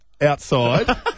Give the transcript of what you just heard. outside